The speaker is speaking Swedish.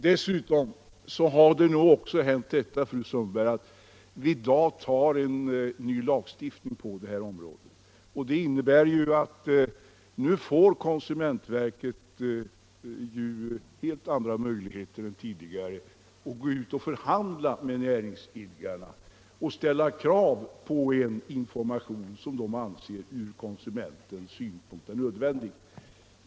Dessutom, fru Sundberg, får vi i dag en ny lagstiftning på området, vilken innebär att konsumentverket nu får helt andra möjligheter än tidigare att förhandla med näringsidkarna och ställa krav på den information som de anser vara från konsumentens synpunkt nödvändig.